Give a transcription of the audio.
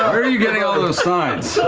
are you getting all those signs?